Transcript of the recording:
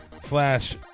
slash